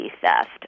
theft